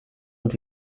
und